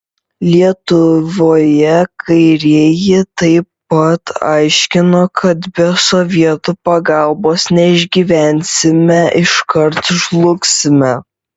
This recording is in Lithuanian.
lietuvoje kairieji taip pat aiškino kad be sovietų pagalbos neišgyvensime iškart žlugsime